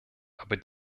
aber